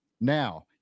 Now